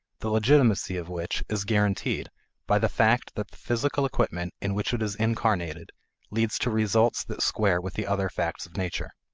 the legitimacy of which is guaranteed by the fact that the physical equipment in which it is incarnated leads to results that square with the other facts of nature.